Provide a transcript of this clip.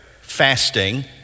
fasting